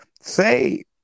Say